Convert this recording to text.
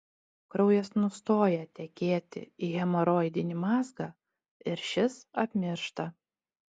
kraujas nustoja tekėti į hemoroidinį mazgą ir šis apmiršta